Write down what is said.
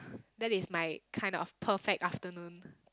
that is my kind of perfect afternoon